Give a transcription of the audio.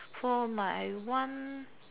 for my one